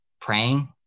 Praying